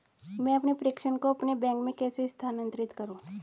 मैं अपने प्रेषण को अपने बैंक में कैसे स्थानांतरित करूँ?